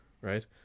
right